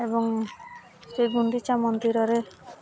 ଏବଂ ଶ୍ରୀ ଗୁଣ୍ଡିଚା ମନ୍ଦିରରେ